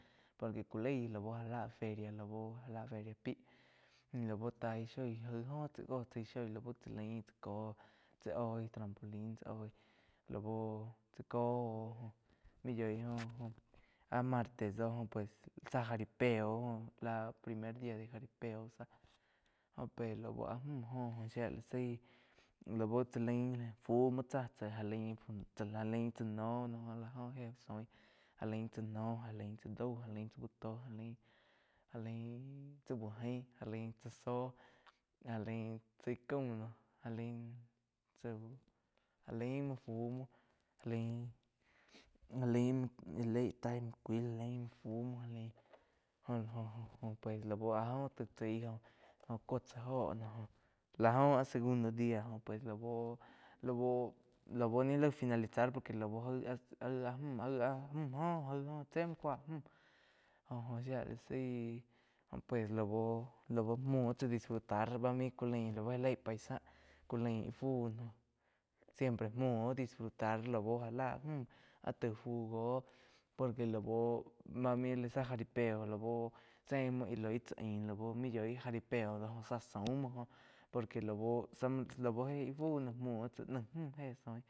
Pa ni cú laih já lá feria lau já lah feria pi taí shoi lau taí shoi jaih óh tsá joh chai zói lau chá lain tsá coh tsá oi trampolín tsá oi lau tsá koh óh mi yoí jo óh áh martes do jo pues zá jaripeo joh láh primer dia de jaripeo joh pe lau áh múh jo shía la zaí laú tsá lain fú muo tzá chá ja lain tzah noh je soin já lain tzá úh tó já lain, já lain tsá uh jain já lain tzá zóh já lain tzá ih caum já lain cha ja laim fu muo já lain, ja laim muo íh loi tai macuil. Já laim muo fú muo ja lain jo pues lau áh jo taig chaí joh cuo tsá óho lá óho áh segundo dia lau-lau muo ni laig finalizar por que lau aig áh müh áh jo jaí óh ché muo kúa müh jo-jo shía la zaí jo pues lau muo tsá disfrutar bá main ku lain lau já leí paisa ku lain fu siempre muo óh disfrutar laú já lá múh áh tai fu góh por que lau bá main lá zá jaripeo la bu zé muo íh loi tsáh ain lau main yói jaripeo oh zá saum múo joh por que lau zá lau je ih fu muo naí múh éh soin.